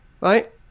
right